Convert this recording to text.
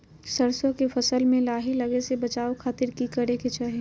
सरसों के फसल में लाही लगे से बचावे खातिर की करे के चाही?